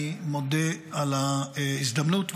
אני מודה על ההזדמנות,